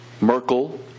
Merkel